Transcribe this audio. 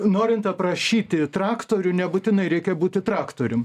norint aprašyti traktorių nebūtinai reikia būti traktorium